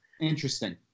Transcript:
Interesting